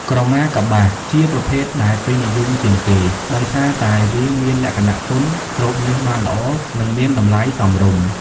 ក្រមាកប្បាស ជាប្រភេទដែលពេញនិយមជាងគេ ដោយសារតែវាមានលក្ខណៈទន់ ស្រូបញើសបានល្អ និងមានតម្លៃសមរម្យ។